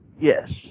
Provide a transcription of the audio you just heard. Yes